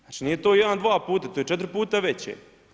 Znači nije to jedan, dva puta, to je 4 puta veće.